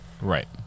Right